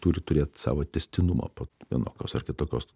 turi turėt savo tęstinumą po vienokios ar kitokios